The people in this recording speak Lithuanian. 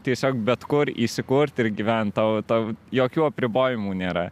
tiesiog bet kur įsikurt ir gyvent tau tau jokių apribojimų nėra